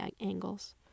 angles